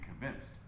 convinced